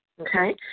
Okay